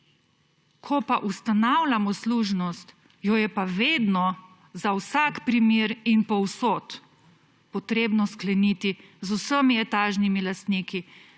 Ko pa ustanavljamo služnost, jo je pa vedno za vsak primer in povsod potrebno skleniti z vsemi etažnimi lastniki,